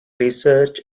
research